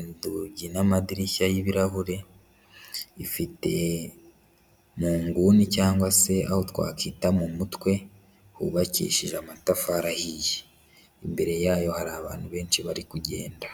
inzugi n'amadirishya y'ibirahure, ifite mu nguni cyangwa se aho twakwita mu mutwe wubakishije amatafari ahiye, imbere yayo hari abantu benshi bari kugenda.